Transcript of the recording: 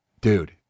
Dude